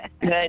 Good